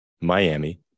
Miami